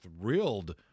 thrilled